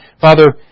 Father